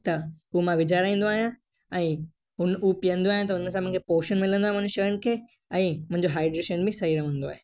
त हो मां विझाराईंदो आहियां ऐं हुन हूं पीअंदो आहियां त हुनसां मूंखे पोषण मिलंदो आहे मुंहिंजे शरीर खे ऐं मुंहिंजो हाइड्रेशन बि सई रहंदो आहे